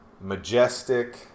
majestic